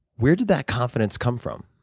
where did that confidence come from?